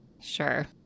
Sure